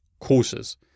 courses